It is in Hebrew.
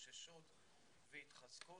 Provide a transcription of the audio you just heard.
התאוששות והתחזקות.